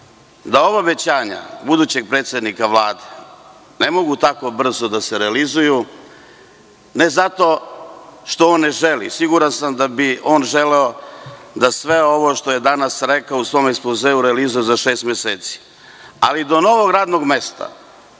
da ova obećanja budućeg predsednika Vlade ne mogu tako brzo da se realizuju ne zato što on ne želi. Siguran sam da bi on želeo da sve ovo što je danas rekao u svom ekspozeu realizuje za šest meseci. Ali, do novog radnog mesta